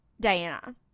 Diana